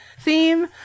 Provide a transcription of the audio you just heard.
theme